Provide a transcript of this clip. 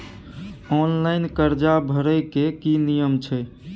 Online कर्जा भरै के की नियम छै?